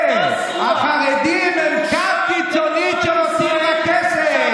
כן, החרדים הם כת קיצונית ורוצים רק כסף.